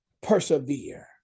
persevere